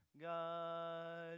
God